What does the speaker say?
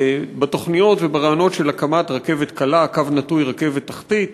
בתוכניות וברעיונות של הקמת רכבת קלה / רכבת תחתית.